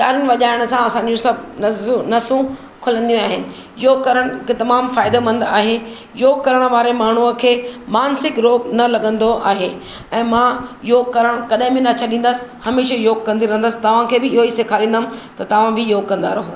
तारियूं वॼायण सां असांजी सभ नसूं नसूं खुलंदियूं आहिनि योग करणु तमामु फ़ाइदेमंद आहे योग करणु वारे माण्हूअ खे मानसिक रोग न लॻंदो आहे ऐं मां योग करणु कॾहिं बि न छॾींदसि हमेशह योग कंदी रहंदसि तव्हां खे बि इहो ई सेखारंदमि की तव्हां बि योग कंदा रहो